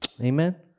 Amen